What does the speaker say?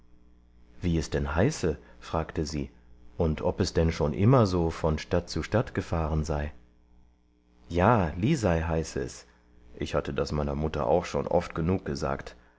wie es denn heiße fragte sie und ob es denn schon immer so von stadt zu stadt gefahren sei ja lisei heiße es ich hatte das meiner mutter auch schon oft genug gesagt